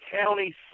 county